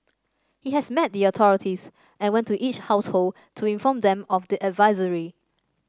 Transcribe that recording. he has met the authorities and went to each household to inform them of the advisory